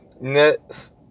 Nets